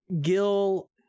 Gil